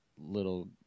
little